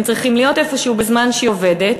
הם צריכים להיות איפשהו בזמן שהיא עובדת.